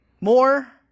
More